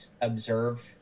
observe